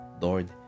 Lord